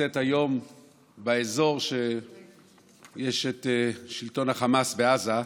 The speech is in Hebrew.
שנמצאת היום באזור של שלטון החמאס בעזה,